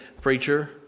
preacher